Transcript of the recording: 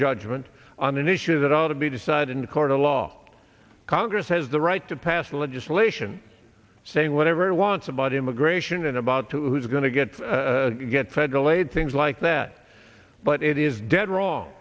judgment on an issue that ought to be decided in a court of law congress has the right to pass legislation saying whatever he wants about immigration and about to he's going to get to get federal aid things like that but it is dead wrong